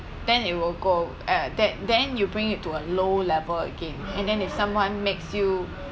then it will go uh that then you bring it to a low level again and then someone makes you